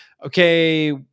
Okay